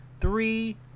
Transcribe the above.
three